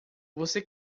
você